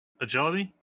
agility